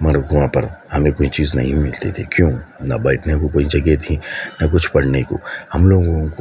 مگر وہاں پر ہمیں کوئی چیز نہیں بھی ملتی تھی کیوں نہ بیٹھنے کو کوئی جگہ تھی نہ کچھ پڑھنے کو ہم لوگوں کو